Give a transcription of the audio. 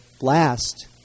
last